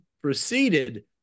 proceeded